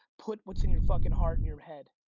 put what's in your fucking heart and your head.